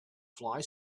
fly